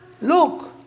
look